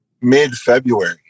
mid-February